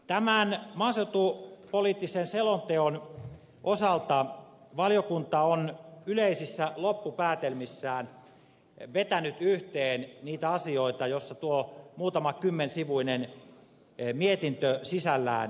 tämän maaseutupoliittisen selonteon osalta valiokunta on yleisissä loppupäätelmissään vetänyt yhteen niitä asioita jota tuo muutamakymmensivuinen mietintö sisällään pitää